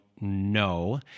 no